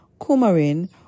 coumarin